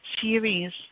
series